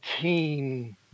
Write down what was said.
team